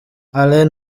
alain